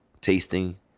tasting